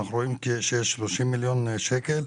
אנחנו רואים שיש 30 מיליון שקלים.